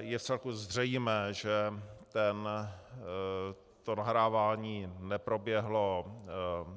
Je vcelku zřejmé, že to nahrávání neproběhlo